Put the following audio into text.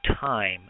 time